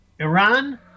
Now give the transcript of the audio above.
Iran